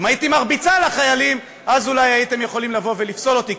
אם הייתי מרביצה לחיילים אז אולי הייתם יכולים לבוא ולפסול אותי,